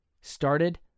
started